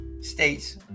states